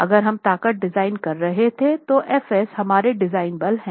अगर हम ताकत डिजाइन कर रहे थे तो F s हमारे डिजाइन बल है